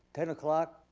ten o'clock,